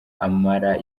amara